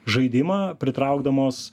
žaidimą pritraukdamos